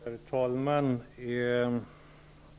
Herr talman!